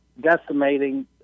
decimating